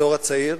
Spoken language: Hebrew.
הדור הצעיר,